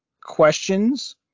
questions